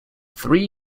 three